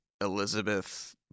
Elizabeth